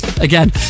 again